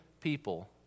people